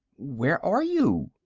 where are you?